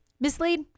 Mislead